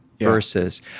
versus